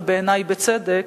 ובעיני בצדק,